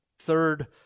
third